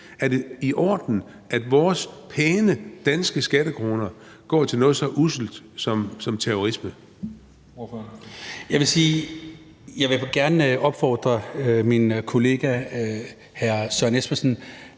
Er det i orden, at vores pæne danske skattekroner går til noget så usselt som terrorisme? Kl. 18:46 Den fg. formand